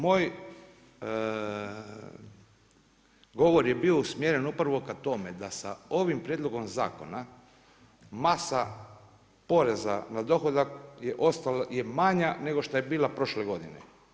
Moj govor je bio usmjeren upravo ka tome da sa ovim prijedlogom zakona masa poreza na dohodak je manja nego što je bila prošle godine.